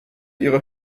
ihre